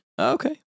Okay